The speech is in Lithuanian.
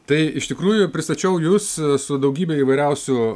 tai iš tikrųjų pristačiau jus su daugybe įvairiausių